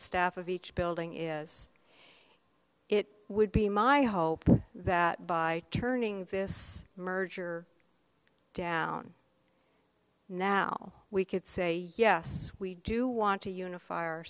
staff of each building is it would be my hope that by turning this merger down now we could say yes we do want to unify our